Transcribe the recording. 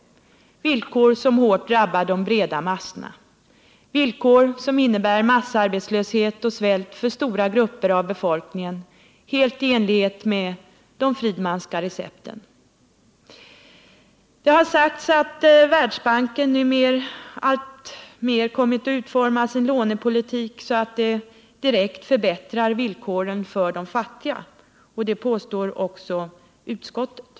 Det handlar om villkor som hårt drabbar de breda massorna, villkor som innebär massarbetslöshet och svält för stora grupper av befolkningen helt i enlighet med de Friedmanska recepten. Det har sagts att Världsbanken numera alltmer kommit att utforma sin lånepolitik så, att den direkt förbättrar villkoren för de fattiga. Det påstår också utskottet.